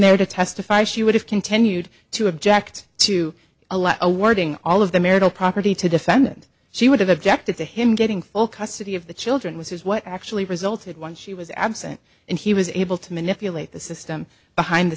there to testify she would have continued to object to allow a warning all of the marital property to defendant she would have objected to him getting full custody of the children which is what actually resulted once she was absent and he was able to manipulate the system behind the